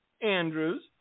andrews